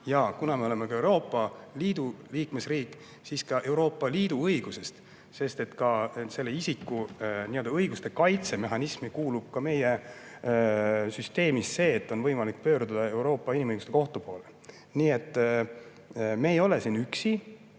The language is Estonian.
ja kuna me oleme Euroopa Liidu liikmesriik, siis ka Euroopa Liidu õigusest, mille isikuõiguste kaitse mehhanismi kuulub ka see, et on võimalik pöörduda Euroopa Inimõiguste Kohtu poole. Nii et me ei ole siin üksi,